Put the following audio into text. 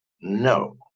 no